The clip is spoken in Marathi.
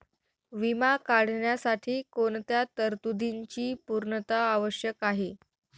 विमा काढण्यासाठी कोणत्या तरतूदींची पूर्णता आवश्यक आहे?